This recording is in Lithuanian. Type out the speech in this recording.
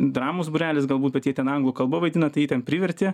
dramos būrelis galbūt bet jie ten anglų kalba vaidina tai jį ten privertė